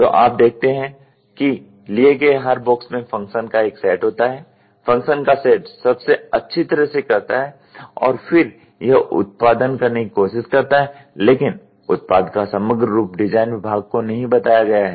तो आप देखते हैं कि लिए गए हर बॉक्स में फंक्शन का एक सेट होता है यह फंक्शन का सेट सबसे अच्छी तरह से करता हैऔर फिर यह उत्पादन करने की कोशिश करता है लेकिन उत्पाद का समग्र रूप डिजाइन विभाग को नहीं बताया गया है